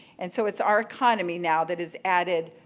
and so it's our economy now that has added